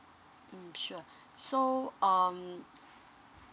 mm sure so um